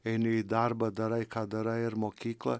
eini į darbą darai ką darai ir mokyklą